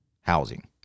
housing